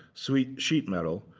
so sheet sheet metal,